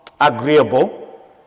agreeable